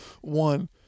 One